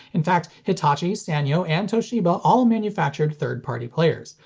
in fact hitachi, sanyo, and toshiba all manufactured third-party players,